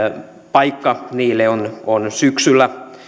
paikka niille on on syksyllä